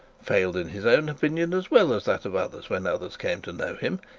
failed in his own opinion as well as that of others when others came to know him,